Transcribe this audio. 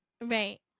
right